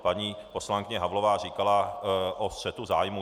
Paní poslankyně Havlová říkala o střetu zájmů.